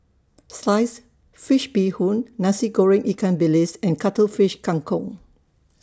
Sliced Fish Bee Hoon Nasi Goreng Ikan Bilis and Cuttlefish Kang Kong